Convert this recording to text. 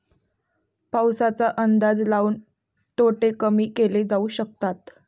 पाऊसाचा अंदाज लाऊन तोटे कमी केले जाऊ शकतात